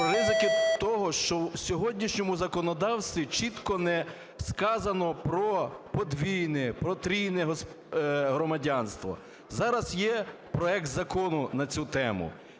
ризики того, що в сьогоднішньому законодавстві чітко не сказано про подвійне, потрійне громадянство. Зараз є проект закону на цю тему.